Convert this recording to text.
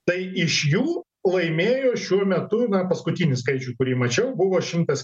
tai iš jų laimėjo šiuo metu na paskutinį skaičių kurį mačiau buvo šimtas